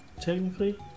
technically